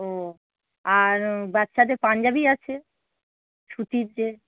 ও আর বাচ্চাদের পাঞ্জাবি আছে সুতির যে